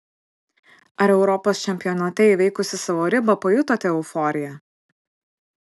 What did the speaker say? ar europos čempionate įveikusi savo ribą pajutote euforiją